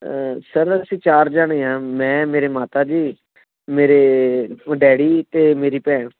sir ਅਸੀਂ ਚਾਰ ਜਣੇ ਹਾਂ ਮੈਂ ਮੇਰੇ ਮਾਤਾ ਜੀ ਮੇਰੇ ਡੈਡੀ ਅਤੇ ਮੇਰੀ ਭੈਣ